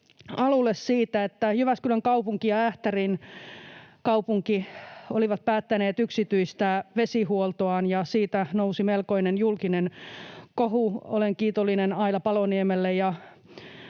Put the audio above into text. alulle siitä, että Jyväskylän kaupunki ja Ähtärin kaupunki olivat päättäneet yksityistää vesihuoltoaan ja siitä nousi melkoinen julkinen kohu. Olen kiitollinen Aila Paloniemelle